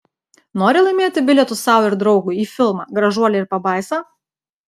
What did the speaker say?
nori laimėti bilietus sau ir draugui į filmą gražuolė ir pabaisa